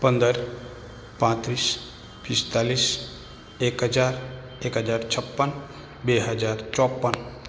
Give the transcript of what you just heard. પંદર પાંત્રીસ પિસ્તાલીસ એક હજાર એક હજાર છપ્પન બે હજાર ચોપ્પન